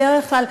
בדרך כלל,